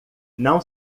não